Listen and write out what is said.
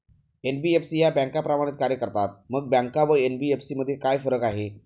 NBFC या बँकांप्रमाणेच कार्य करतात, मग बँका व एन.बी.एफ.सी मध्ये काय फरक आहे?